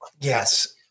Yes